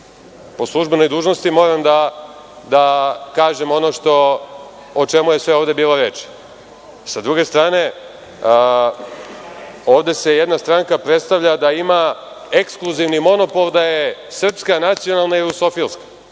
Po službenoj dužnosti moram da kažem ono o čemu je sve ovde bilo reči. Sa druge strane, ovde se jedna stranka predstavlja da ima ekskluzivni monopol, da je srpska, nacionalna i rusofilska.